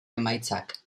emaitzak